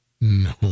No